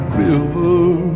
river